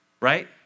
right